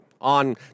on